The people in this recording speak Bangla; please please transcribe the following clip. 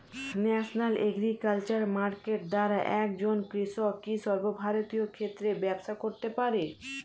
ন্যাশনাল এগ্রিকালচার মার্কেট দ্বারা একজন কৃষক কি সর্বভারতীয় ক্ষেত্রে ব্যবসা করতে পারে?